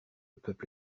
peuple